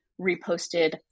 reposted